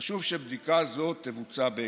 חשוב שבדיקה זאת תבוצע בהקדם.